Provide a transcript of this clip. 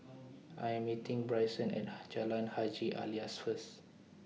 I Am meeting Bryson At Jalan Haji Alias First